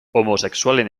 homosexualen